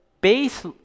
base